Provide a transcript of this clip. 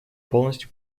полностью